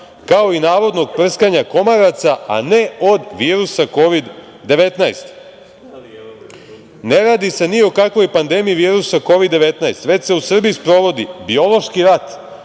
kao i navodnog prskanja komaraca, a ne od virusa Kovid-19. Ne radi se ni o kakvoj pandemiji virusa Kovid-19, već se u Srbiji sprovodi biološki rat